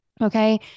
Okay